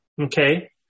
okay